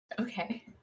okay